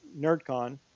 NerdCon